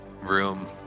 room